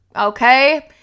okay